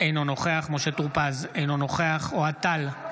אינו נוכח משה טור פז, אינו נוכח אוהד טל,